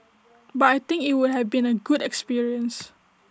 but I think IT would have been A good experience